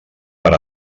per